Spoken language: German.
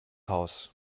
haus